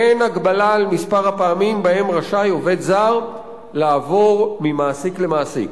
אין הגבלה על מספר הפעמים שבהן רשאי עובד זר לעבור ממעסיק למעסיק".